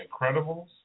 Incredibles